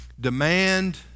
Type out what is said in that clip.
demand